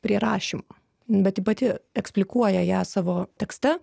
prie rašymo bet ji pati eksplikuoja ją savo tekste